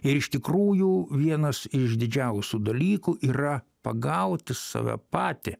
ir iš tikrųjų vienas iš didžiausių dalykų yra pagauti save patį